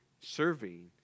serving